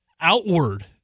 outward